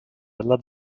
della